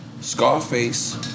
Scarface